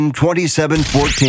2714